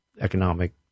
economic